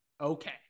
Okay